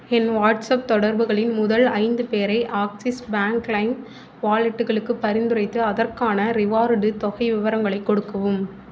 என் WhatsApp தொடர்புகளின் முதல் ஐந்து பேரை ஆக்ஸிஸ் பேங்க் லைம் வாலெட்டுகளுக்கு பரிந்துரைத்து அதற்கான ரிவார்டு தொகை விவரங்களை கொடுக்கவும்